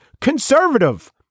conservative